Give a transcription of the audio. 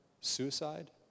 suicide